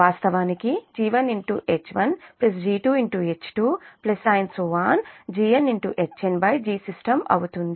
GnHn Gsystem అవుతుంది